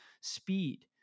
speed